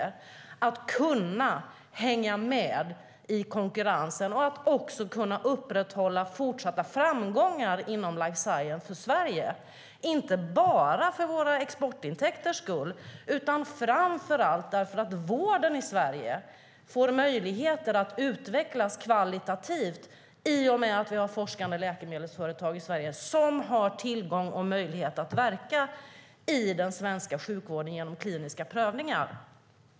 Den är nödvändig för att de ska kunna hänga med i konkurrensen och upprätthålla fortsatta framgångar för Sverige inom life science, inte bara för våra exportintäkters skull utan framför allt för att vården i Sverige får möjligheter att utvecklas kvalitativt i och med att vi har forskande läkemedelsföretag i Sverige som har tillgång till och möjlighet att verka i den svenska sjukvården genom kliniska prövningar.